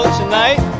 tonight